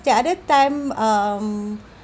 the other time um